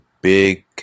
big